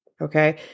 Okay